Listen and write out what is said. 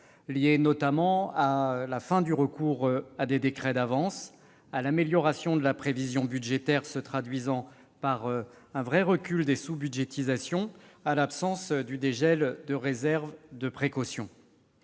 Citons notamment la fin du recours à des décrets d'avance et l'amélioration de la prévision budgétaire, qui se traduisent par un véritable recul des sous-budgétisations, et l'absence de dégel de réserves de précaution.